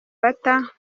bata